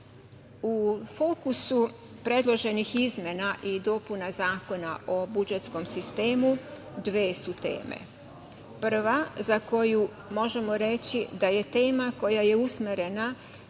fokusu predloženih izmena i dopuna Zakona o budžetskom sistemu dve su teme. Za prvu temu možemo reći da je tema koja je usmerena